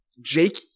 jake